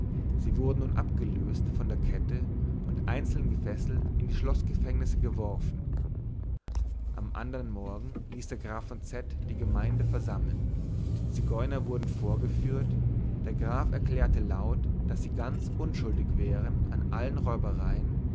sie wurden nun abgelöst von der kette und einzeln gefesselt in die schloßgefängnisse geworfen am andern morgen ließ der graf von z die gemeinde versammeln die zigeuner wurden vorgeführt der graf erklärte laut daß sie ganz unschuldig wären an allen räubereien